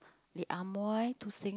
the Amoy to sing